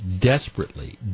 desperately